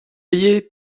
payée